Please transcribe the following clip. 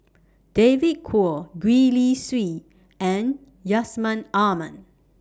David Kwo Gwee Li Sui and Yusman Aman